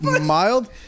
Mild